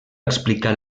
explicar